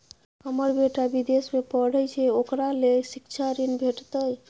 हमर बेटा विदेश में पढै छै ओकरा ले शिक्षा ऋण भेटतै?